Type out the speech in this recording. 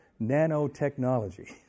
nanotechnology